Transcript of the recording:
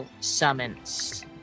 summons